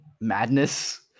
madness